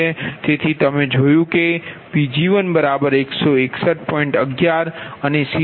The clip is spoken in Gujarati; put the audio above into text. તેથી તમે જોયું કે Pg1161